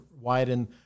widen